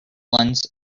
lends